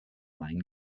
main